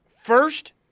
first